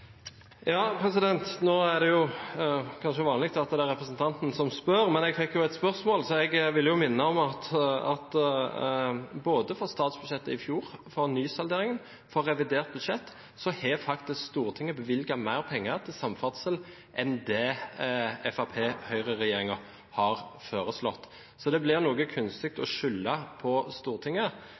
Nå er det kanskje vanlig at det er representanten som spør, men jeg fikk jo et spørsmål, så da vil jeg minne om at både for statsbudsjettet i fjor, for nysalderingen og for revidert budsjett har faktisk Stortinget bevilget mer penger til samferdsel enn det Høyre–Fremskrittsparti-regjeringen har foreslått. Så det blir noe kunstig å skylde på Stortinget